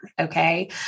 okay